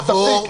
תפסיק.